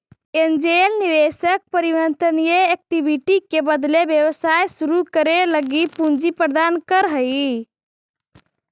angel निवेशक परिवर्तनीय equity के बदले व्यवसाय शुरू करे लगी पूंजी प्रदान करऽ हइ